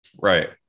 right